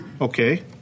Okay